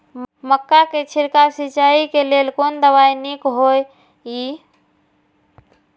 मक्का के छिड़काव सिंचाई के लेल कोन दवाई नीक होय इय?